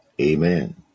Amen